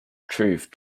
truth